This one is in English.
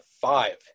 five